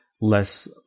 less